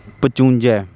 ਪਚਵੰਜਾ